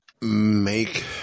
make